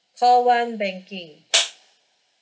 call one banking